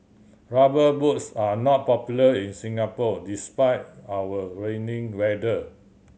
Rubber Boots are not popular in Singapore despite our rainy weather